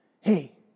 hey